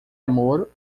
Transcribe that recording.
amor